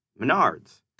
Menards